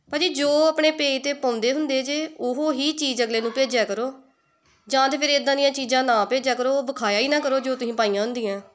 ਭਾਅ ਜੀ ਜੋ ਆਪਣੇ ਪੇਜ 'ਤੇ ਪਾਉਂਦੇ ਹੁੰਦੇ ਜੇ ਉਹ ਹੀ ਚੀਜ਼ ਅਗਲੇ ਨੂੰ ਭੇਜਿਆ ਕਰੋ ਜਾਂ ਤਾਂ ਫਿਰ ਇੱਦਾਂ ਦੀਆਂ ਚੀਜ਼ਾਂ ਨਾ ਭੇਜਿਆ ਕਰੋ ਵਿਖਾਇਆ ਹੀ ਨਾ ਕਰੋ ਜੋ ਤੁਸੀਂ ਪਾਈਆਂ ਹੁੰਦੀਆਂ